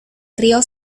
rió